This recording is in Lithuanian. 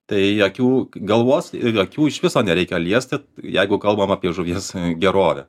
tai akių galvos ir akių iš viso nereikia liesti jeigu kalbam apie žuvies gerovę